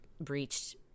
breached